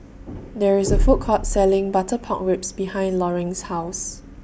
There IS A Food Court Selling Butter Pork Ribs behind Loring's House